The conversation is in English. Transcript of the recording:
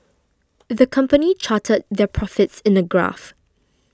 the company charted their profits in a graph